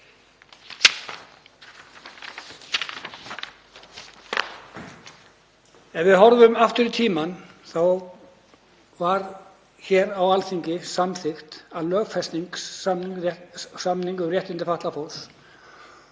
Ef við horfum aftur í tímann þá var hér á Alþingi samþykkt að lögfesta samning um réttindi fatlaðs